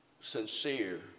sincere